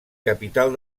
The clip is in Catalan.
capital